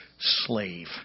slave